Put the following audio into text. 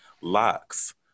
locks